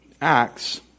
Acts